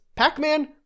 Pac-Man